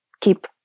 keep